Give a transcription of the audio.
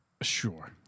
Sure